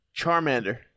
Charmander